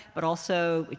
but also,